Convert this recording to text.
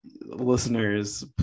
Listeners